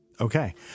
Okay